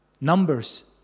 Numbers